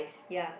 ya